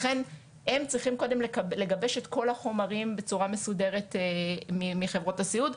לכן הם צריכים קודם כל לגבש את כל החומרים בצורה מסודרת מחברות הסיעוד.